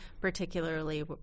particularly